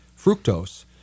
fructose